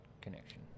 connection